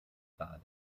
padre